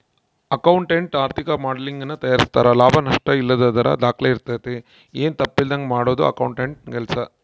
accountant ಆರ್ಥಿಕ ಮಾಡೆಲಿಂಗನ್ನ ತಯಾರಿಸ್ತಾರೆ ಲಾಭ ನಷ್ಟಯಲ್ಲದರ ದಾಖಲೆ ಇರ್ತತೆ, ಏನು ತಪ್ಪಿಲ್ಲದಂಗ ಮಾಡದು ಅಕೌಂಟೆಂಟ್ನ ಕೆಲ್ಸ